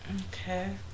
Okay